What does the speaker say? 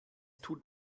tut